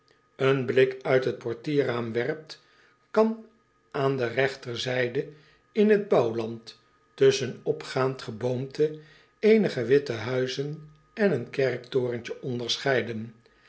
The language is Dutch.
een blik uit het portierraam werpt kan aan de regterzijde in het bouwland tusschen opgaand geboomte eenige witte huizen en een kerktorentje onderscheiden